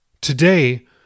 today